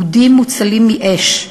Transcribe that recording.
אודים מוצלים מאש,